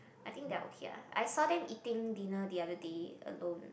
I think they are okay lah I saw them eating dinner the other day alone